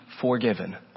forgiven